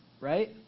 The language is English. right